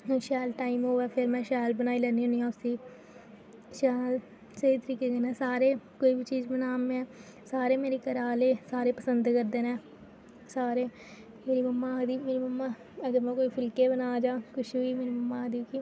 जे शैल टाइम होऐ फिर में शैल बनाई लैन्नी होनी आं उसी शैल स्हेई तरीके कन्नै सारे कोई बी चीज बनाने सारे मेरे घरे आह्ले सारे पसंद करदे न सारे मेरी मम्मा आखदी मेरी मम्मा अगर में फुल्के बना जां कुछ बी मेरी मम्मा आखदी कि